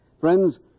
Friends